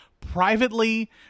privately